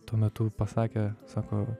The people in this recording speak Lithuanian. tuo metu pasakė sako